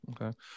Okay